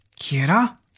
Kira